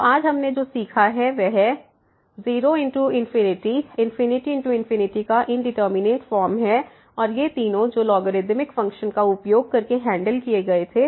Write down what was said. तो आज हमने जो सीखा है वह 0×∞ का इंडिटरमिनेट फॉर्म है और ये तीनों जो लॉगरिदमिक फ़ंक्शन का उपयोग करके हैंडल किए गए थे